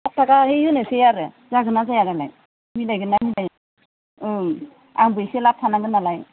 आठ थाखाहै होनोसै आरो जागोनना जाया दालाय मिलायगोनना मिलाया ओं आंबो एसे लाब थानांगोन नालाय